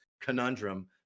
conundrum